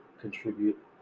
contribute